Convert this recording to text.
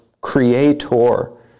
creator